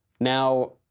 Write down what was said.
Now